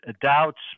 doubts